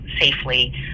safely